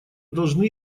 должны